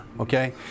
Okay